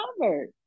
covered